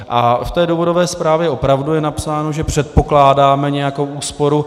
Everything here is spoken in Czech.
A v důvodové zprávě je opravdu napsáno, že předpokládáme nějakou úsporu.